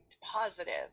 positive